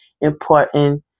important